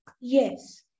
yes